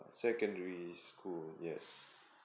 secondary school yes